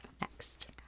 Next